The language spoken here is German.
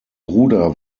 bruder